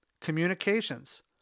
communications